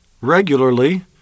regularly